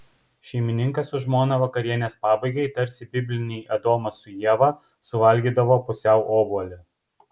šeimininkas su žmona vakarienės pabaigai tarsi bibliniai adomas su ieva suvalgydavo pusiau obuolį